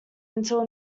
until